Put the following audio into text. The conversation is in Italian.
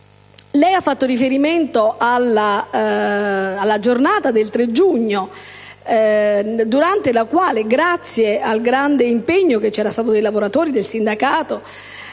lei ha fatto riferimento alla giornata del 3 giugno, durante la quale, grazie al grande impegno dei lavoratori e del sindacato,